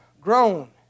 grown